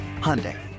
Hyundai